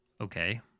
okay